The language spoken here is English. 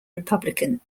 republican